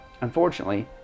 unfortunately